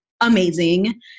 amazing